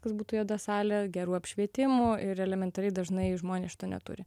kas būtų juoda salė gerų apšvietimų ir elementariai dažnai žmonės šito neturi